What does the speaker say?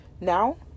Now